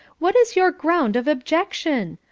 what is your ground of objection?